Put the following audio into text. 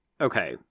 Okay